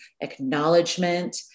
acknowledgement